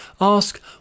Ask